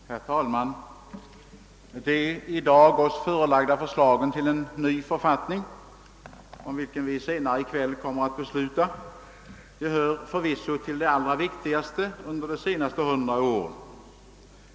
Herr talman! Det föreliggande förslaget till ny författning, om vilket vi senare i kväll kommer att besluta, hör förvisso till de allra viktigaste under de senaste hundra åren.